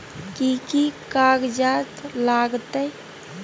कि कि कागजात लागतै?